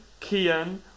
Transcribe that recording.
Kian